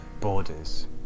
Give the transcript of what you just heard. borders